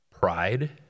pride